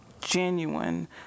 genuine